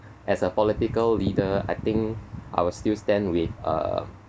as a political leader I think I will still stand with uh